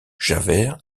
javert